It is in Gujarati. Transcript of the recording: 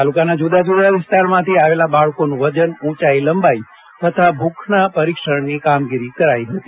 તાલુકાના જુદા જુદા વિસ્તારમાંથી આવેલા બાળકોનું વજન ઉંચાઈ લંબાઈ તથા ભૂખના પરીક્ષણની કામગીરી કરાઇ હતી